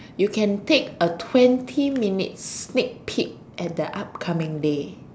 you can take a twenty minutes sneak peak at the upcoming day